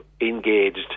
engaged